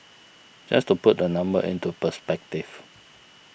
just to put the number into perspective